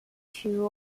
two